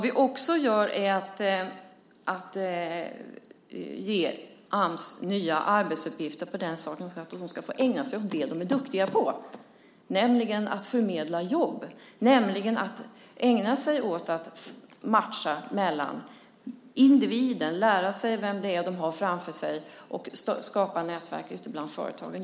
Vi ger Ams nya arbetsuppgifter såtillvida att Ams ska få ägna sig åt det man är duktig på, nämligen att förmedla jobb. Ams ska ägna sig åt att matcha individen, lära sig vem man har framför sig och skapa nätverk bland företagen.